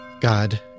god